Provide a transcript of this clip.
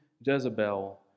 Jezebel